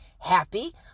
happy